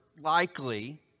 likely